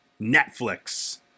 netflix